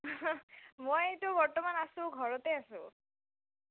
মইতো আছোঁ বৰ্তমান আছোঁ ঘৰতে আছোঁ